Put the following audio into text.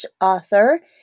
author